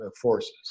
forces